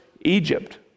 egypt